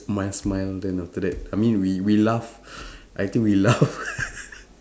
smile smile then after that I mean we we laugh I think we laugh